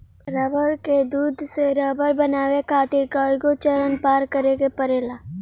रबड़ के दूध से रबड़ बनावे खातिर कईगो चरण पार करे के पड़ेला